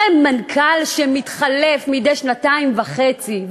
הרי מנכ"ל שמתחלף מדי שנתיים וחצי,